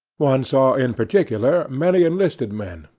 one saw, in particular, many enlisted men,